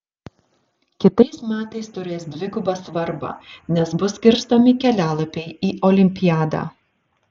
kitais metais turės dvigubą svarbą nes bus skirstomi kelialapiai į olimpiadą